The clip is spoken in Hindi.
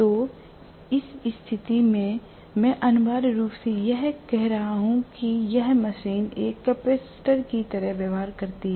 तो जिस स्थिति में मैं अनिवार्य रूप से कह रहा हूं कि यह मशीन एक कैपेसिटर की तरह व्यवहार करती है